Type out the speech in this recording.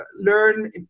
learn